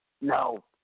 No